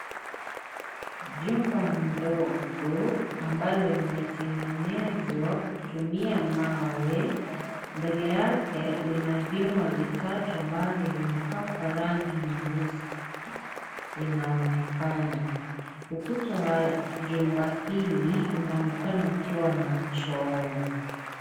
Jumba ndogo ambalo kimetengenezwa kutumia mawe, mbele yake lina vyuma vitatu ambavyo vimepakwa rangi nyeusi inaonekana. Ukuta wa jumba hilo unaonekana ukiwa na mchoro.